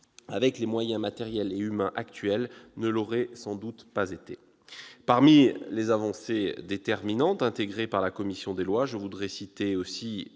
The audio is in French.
avec les moyens matériels et humains actuels, ne l'aurait sans doute pas été. Parmi les avancées déterminantes intégrées par la commission des lois, je veux citer aussi